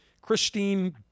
Christine